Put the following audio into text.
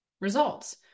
results